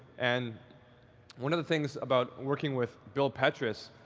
and one of the things about working with bill petras,